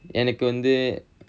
இப்போ:ippo